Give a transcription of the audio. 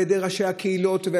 של ראשי הקהילות,